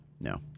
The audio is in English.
No